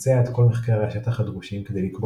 ובצע את כל מחקרי השטח הדרושים כדי לקבוע